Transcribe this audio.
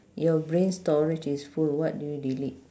your brain storage is full what do you delete